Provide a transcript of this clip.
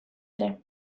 ere